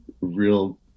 real